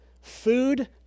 food